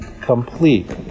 complete